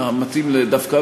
מתאים דווקא